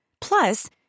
Plus